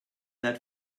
that